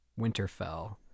Winterfell